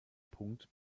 punkt